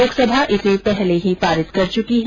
लोकसभा इसे पहले ही पारित कर चुकी है